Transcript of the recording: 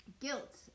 guilt